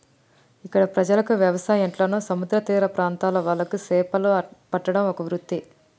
ఇక్కడ ప్రజలకు వ్యవసాయం ఎట్లనో సముద్ర తీర ప్రాంత్రాల వాళ్లకు చేపలు పట్టడం ఒక వృత్తి